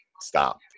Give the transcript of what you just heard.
stop